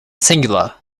singular